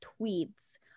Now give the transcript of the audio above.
tweets